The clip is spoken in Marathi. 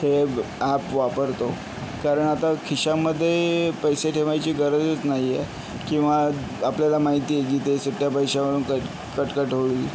हे ब ॲप वापरतो कारण आता खिशामधे पैसे ठेवायची गरजच नाहीये किंवा आपल्याला माहिती आहे जिथे सुट्ट्या पैशावरून कट कटकट होईल